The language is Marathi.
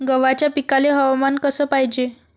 गव्हाच्या पिकाले हवामान कस पायजे?